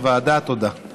הוועדה תהיה